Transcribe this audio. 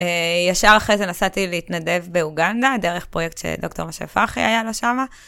ישר אחרי זה נסעתי להתנדב באוגנדה דרך פרויקט שדוקטור משה פרחי היה לו שמה.